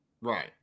right